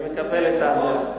אני מקבל את האמירה.